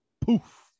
Poof